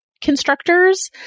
constructors